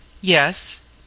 Yes